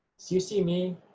you see me.